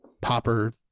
popper